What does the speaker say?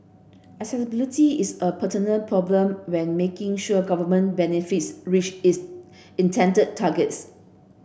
accessibility is a perennial problem when making sure government benefits reach its intended targets